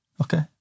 Okay